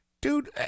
Dude